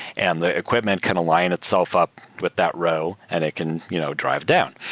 and the equipment can align itself up with that row and it can you know drive down.